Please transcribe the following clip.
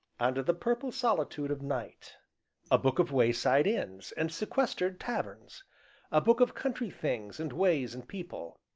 and the purple solitude of night a book of wayside inns and sequestered taverns a book of country things and ways and people.